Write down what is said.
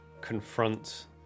confront